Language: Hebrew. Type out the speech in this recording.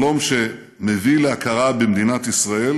שלום שמביא להכרה במדינת ישראל